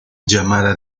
llamada